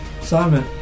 Simon